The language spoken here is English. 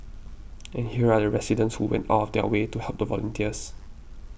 and here are the residents who went out of their way to help the volunteers